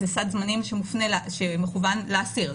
בסד זמנים שמכוון לאסיר.